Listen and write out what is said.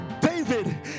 David